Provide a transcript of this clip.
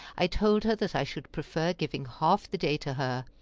i told her that i should prefer giving half the day to her,